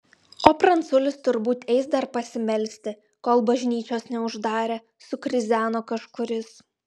o pranculis turbūt eis dar pasimelsti kol bažnyčios neuždarė sukrizeno kažkuris